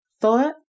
Thought